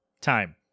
time